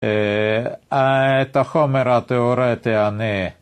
אהה, את החומר התאורטי, אני...